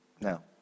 Now